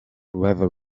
whether